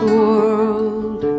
world